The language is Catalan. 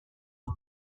uns